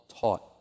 taught